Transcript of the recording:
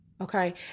Okay